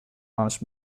honest